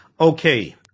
Okay